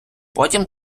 потім